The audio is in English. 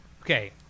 Okay